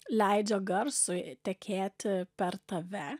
leidžia garsui tekėti per tave